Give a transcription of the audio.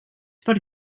per